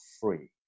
free